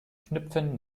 knüpfen